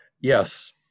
Yes